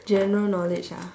general knowledge ah